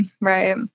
right